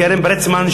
קרן ברטלסמן,